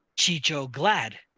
Chicho-Glad